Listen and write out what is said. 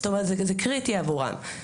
זה קריטי עבורם.